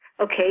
Okay